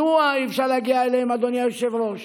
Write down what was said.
מדוע אי-אפשר להגיע אליהם, אדוני היושב-ראש?